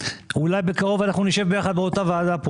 אולי בקרוב אנחנו נשב פה ביחד, באותה הוועדה.